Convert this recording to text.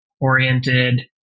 oriented